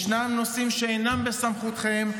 ישנם נושאים שאינם בסמכותכם,